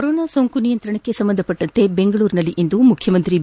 corona ಸೋಂಕು ನಿಯಂತ್ರಣಕ್ಕೆ ಸಂಬಂಧಿಸಿದಂತೆ ಬೆಂಗಳೂರಿನಲ್ಲಿಂದು ಮುಖ್ಯಮಂತ್ರಿ ಬಿ